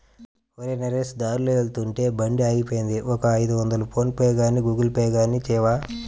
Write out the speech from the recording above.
ఒరేయ్ నరేష్ దారిలో వెళ్తుంటే బండి ఆగిపోయింది ఒక ఐదొందలు ఫోన్ పేగానీ గూగుల్ పే గానీ చేయవా